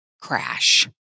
crash